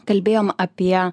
kalbėjom apie